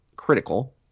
Critical